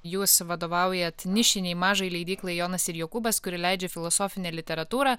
jūs vadovaujat nišiniai mažai leidyklai jonas ir jokūbas kuri leidžia filosofinę literatūrą